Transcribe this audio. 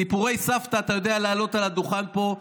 סיפורי סבתא אתה יודע להעלות על הדוכן פה.